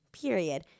period